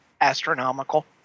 astronomical